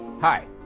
Hi